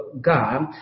God